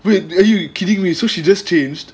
wait are you kidding me so she just change